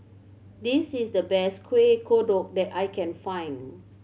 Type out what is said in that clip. this is the best Kueh Kodok that I can find